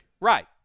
Right